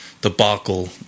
debacle